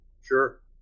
Sure